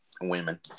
Women